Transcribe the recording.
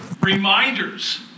reminders